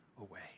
away